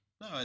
no